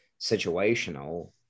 situational